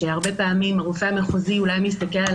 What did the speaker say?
שהרבה פעמים הרופא המחוזי אולי מסתכל על